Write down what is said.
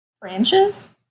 branches